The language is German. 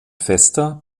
fester